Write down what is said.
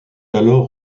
alors